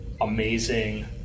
amazing